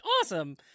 awesome